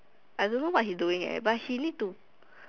I don't know what he doing leh but he need to